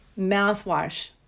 mouthwash